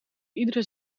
iedere